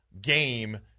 game